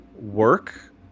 work